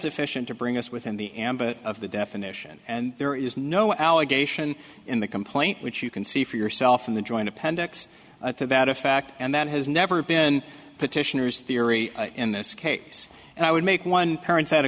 sufficient to bring us within the ambit of the definition and there is no allegation in the complaint which you can see for yourself in the joint appendix to that effect and that has never been petitioners theory in this case and i would make one parent